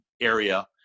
area